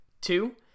Two